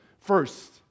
First